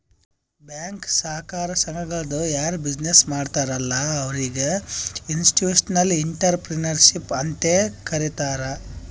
bank, ಸಹಕಾರ ಸಂಘಗಳದು ಯಾರ್ ಬಿಸಿನ್ನೆಸ್ ಮಾಡ್ತಾರ ಅಲ್ಲಾ ಅವ್ರಿಗ ಇನ್ಸ್ಟಿಟ್ಯೂಷನಲ್ ಇಂಟ್ರಪ್ರಿನರ್ಶಿಪ್ ಅಂತೆ ಕರಿತಾರ್